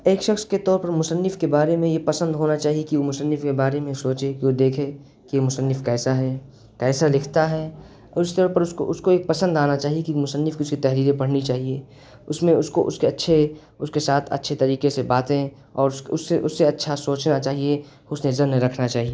ایک شخص کے طور پر مصنف کے بارے میں یہ پسند ہونا چاہیے کہ مصنف کے بارے میں سوچے کہ وہ دیکھے کہ مصنف کیسا ہے کیسا لکھتا ہے اور اس طور پر اس کو اس کو ایک پسند آنا چاہیے کہ مصنف کی کسی تحریریں پڑھنی چاہیے اس میں اس کو اس کے اچھے اس کے ساتھ اچھے طریقے سے باتیں اور اس سے اس سے اچھا سوچنا چاہیے حسن ظن رکھنا چاہیے